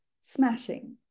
smashing